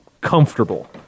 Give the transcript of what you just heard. comfortable